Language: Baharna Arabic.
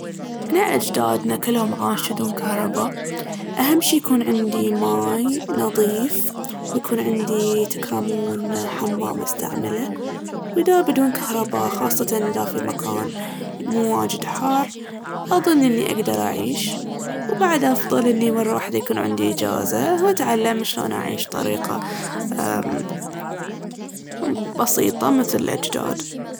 إحنا اجدادنا كلهم عاشوا بدون كهرباء. أهم شي يكون عندي ماي نظيف ويكون عندي تكرمون حمام أستعمله. وإذا بدون كهرباء خاصةً إذا في مكان مو واجد حار أظن إني أقدر أعيش. وبعد أفضل إني مرة وحدة يكون عندي إجازة وأتعلم شلون اعيش بطريقة أمم- بسيطة مثل الأجداد.